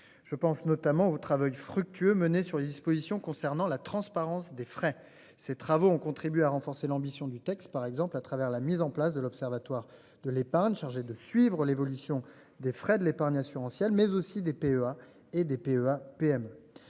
je pense notamment au travail fructueux menée sur les dispositions concernant la transparence des frais. Ces travaux ont contribué à renforcer l'ambition du texte par exemple à travers la mise en place de l'Observatoire de l'épargne chargé de suivre l'évolution des frais de l'épargne assurantiel mais aussi des PEA et des PEA PME